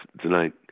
tonight